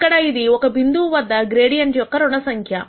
ఇక్కడ ఇది ఒక బిందువు వద్ద గ్రేడియంట్ యొక్క రుణ సంఖ్య